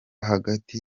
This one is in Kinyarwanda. hagati